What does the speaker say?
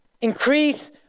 Increase